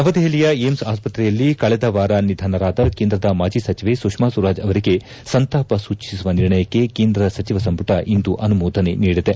ನವದೆಹಲಿಯ ಏಮ್ಸ್ ಆಸ್ತ್ರತೆಯಲ್ಲಿ ಕಳೆದ ವಾರ ನಿಧನರಾದ ಕೇಂದ್ರದ ಮಾಜಿ ಸಚಿವೆ ಸುಷ್ಕಾ ಸ್ವರಾಜ್ ಅವರಿಗೆ ಸಂತಾಪ ಸೂಚಿಸುವ ನಿರ್ಣಯಕ್ಕೆ ಕೇಂದ್ರ ಸಚಿವ ಸಂಪುಟ ಇಂದು ಅನುಮೋದನೆ ನೀಡಿದೆ